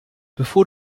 bevor